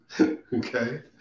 okay